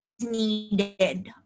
needed